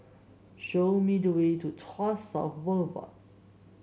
show me the way to Tuas South Boulevard